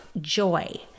joy